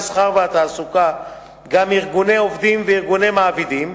המסחר והתעסוקה גם עם ארגוני עובדים וארגוני מעבידים,